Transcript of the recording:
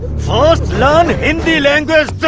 first learn hindi language,